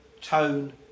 tone